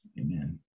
Amen